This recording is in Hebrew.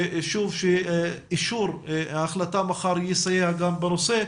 שוב, שאישור ההחלטה מחר יסייע גם בנושא.